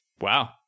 Wow